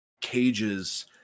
Cages